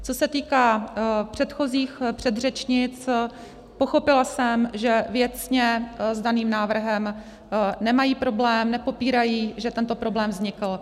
Co se týká předchozích předřečnic, pochopila jsem, že věcně s daným návrhem nemají problém, nepopírají, že tento problém vznikl.